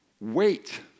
wait